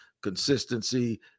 consistency